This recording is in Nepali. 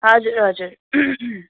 हजुर हजुर